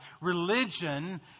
religion